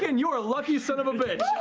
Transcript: and you're a lucky son of a bitch!